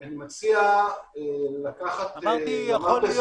אני מציע לקחת --- אמרתי יכול להיות,